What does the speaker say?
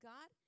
God